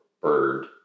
bird